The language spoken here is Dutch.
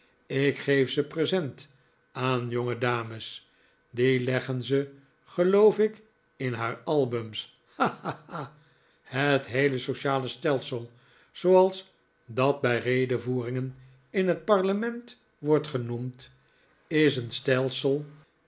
ik geef ze present aan jongedames die leg gen ze geloof ik in haar albums ha ha ha het heele sociale stelsel zooals dat bij redevoeringen in het parlement wordt genoemd is een stelsel